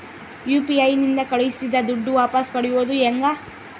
UPI ನಿಂದ ಕಳುಹಿಸಿದ ದುಡ್ಡು ವಾಪಸ್ ಪಡೆಯೋದು ಹೆಂಗ?